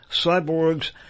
cyborgs